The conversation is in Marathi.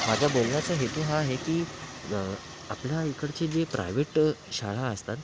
माझ्या बोलण्याचा हेतू हा आहे की आपल्या इकडची जी प्रायव्हेट शाळा असतात